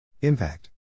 Impact